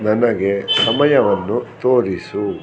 ನನಗೆ ಸಮಯವನ್ನು ತೋರಿಸು